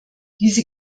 diese